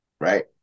right